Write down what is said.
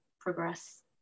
progress